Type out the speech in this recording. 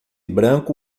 branco